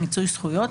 מיצוי זכויות,